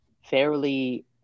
fairly